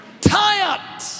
Tired